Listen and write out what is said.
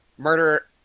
murder